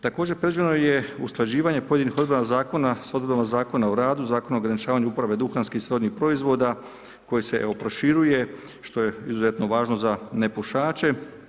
Također predviđeno je usklađivanje pojedinih odredaba zakona s odredbama Zakona o radu, Zakona o ograničavanju duhanskih i srodnih proizvoda koji se evo proširuje što je izuzetno važno za nepušače.